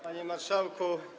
Panie Marszałku!